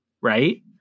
right